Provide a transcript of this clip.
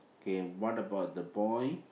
okay what about the boy